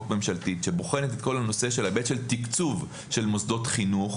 ממשלתית שבוחנת את כל הנושא של ההיבט של תקצוב של מוסדות חינוך,